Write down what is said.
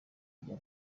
bya